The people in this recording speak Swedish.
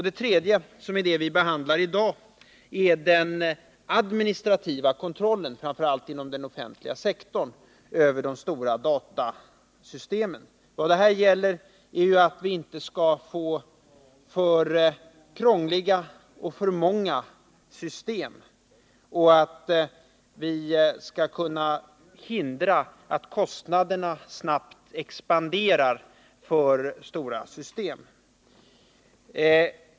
Det tredje problemet, som vi behandlar i dag, är den administrativa kontrollen, framför allt inom den statliga sektorn, över de stora datasystemen. Vad det gäller är att vi inte skall få för krångliga och för många system och att vi skall kunna hindra att kostnaderna för stora system snabbt expanderar.